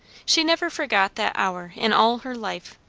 she never forgot that hour in all her life,